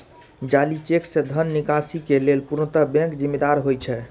जाली चेक सं धन निकासी के लेल पूर्णतः बैंक जिम्मेदार होइ छै